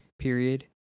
period